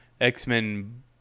x-men